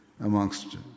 amongst